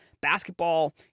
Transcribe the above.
Basketball